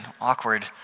awkward